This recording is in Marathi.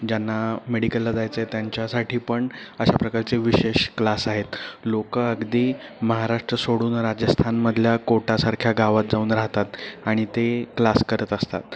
ज्यांना मेडिकलला जायचं आहे त्यांच्यासाठी पण अशा प्रकारचे विशेष क्लास आहेत लोक अगदी महाराष्ट्र सोडून राजस्थानमधल्या कोटासारख्या गावात जाऊन राहतात आणि ते क्लास करत असतात